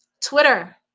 Twitter